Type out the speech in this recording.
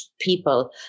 people